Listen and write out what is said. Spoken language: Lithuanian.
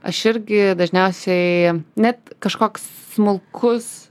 aš irgi dažniausiai net kažkoks smulkus